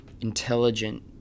intelligent